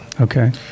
Okay